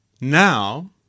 Now